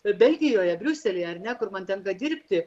belgijoje briuselyje ar ne kur man tenka dirbti